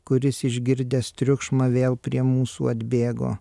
kuris išgirdęs triukšmą vėl prie mūsų atbėgo